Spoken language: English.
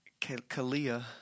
Kalia